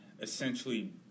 essentially